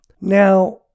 Now